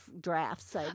drafts